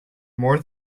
more